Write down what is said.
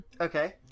Okay